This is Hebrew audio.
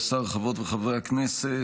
השר, חברות וחברי הכנסת,